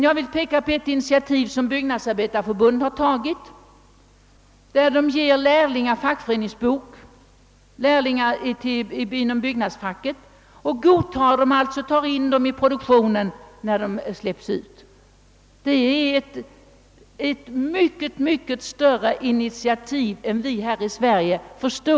Jag vill peka på ett initiativ som Byggnadsarbetareförbundet har tagit, vilket innebär att straffade under fängelsetiden blir lärlingar inom byggnadsfacket och får medlemsbok i fackförbundet. De tas alltså in i produktionen, när de släpps ut från fängelset. Detta är ett mycket större initiativ, än vi här i Sverige vanligen själva förstår.